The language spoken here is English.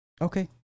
Okay